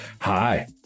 hi